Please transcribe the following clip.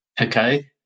okay